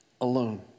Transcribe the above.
alone